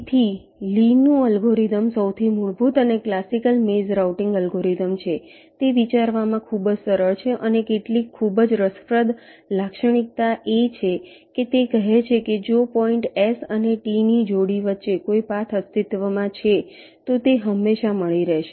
તેથી લીનું અલ્ગોરિધમ સૌથી મૂળભૂત અને ક્લાસિકલ મેઝ રાઉટીંગ અલ્ગોરિધમ છે તે વિચારવા માં ખૂબ જ સરળ છે અને કેટલીક ખૂબ જ રસપ્રદ લાક્ષણિકતા એ છે કે તે કહે છે કે જો પોઈન્ટ S અને Tની જોડી વચ્ચે કોઈ પાથ અસ્તિત્વમાં છે તો તે હંમેશા મળી રહેશે